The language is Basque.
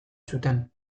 zuten